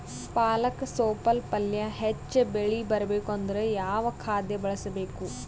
ಪಾಲಕ ತೊಪಲ ಪಲ್ಯ ಹೆಚ್ಚ ಬೆಳಿ ಬರಬೇಕು ಅಂದರ ಯಾವ ಖಾದ್ಯ ಬಳಸಬೇಕು?